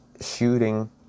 shooting